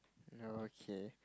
okay